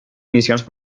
missions